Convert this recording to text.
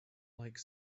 like